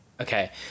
Okay